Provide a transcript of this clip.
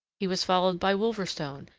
he was followed by wolverstone,